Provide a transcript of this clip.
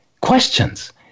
questions